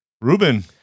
Ruben